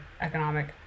economic